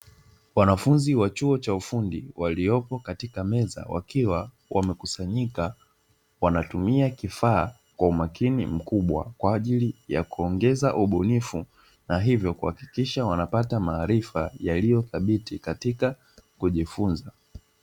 Wanafunzi wa chuo cha ufundi waliopo katika meza, wakiwa wamekusanyika wanatumia kifaa kwa umakini mkubwa kwa ajili ya kuongeza ubunifu na hivyo kuhakikisha wanapata maarifa yaliyo thabiti katika kujifunza.